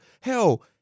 Hell